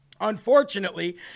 Unfortunately